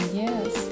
yes